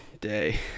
day